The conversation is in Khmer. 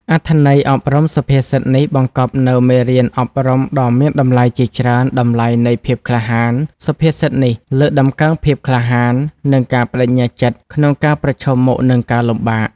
អត្ថន័យអប់រំសុភាសិតនេះបង្កប់នូវមេរៀនអប់រំដ៏មានតម្លៃជាច្រើនតម្លៃនៃភាពក្លាហាន សុភាសិតនេះលើកតម្កើង ភាពក្លាហាន និង ការប្ដេជ្ញាចិត្ត ក្នុងការប្រឈមមុខនឹងការលំបាក។